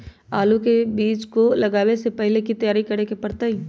आलू के बीज के लगाबे से पहिले की की तैयारी करे के परतई?